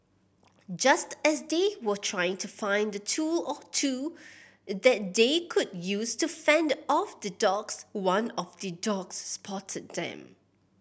just as they were trying to find a tool or two that they could use to fend off the dogs one of the dogs spotted them